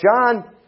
John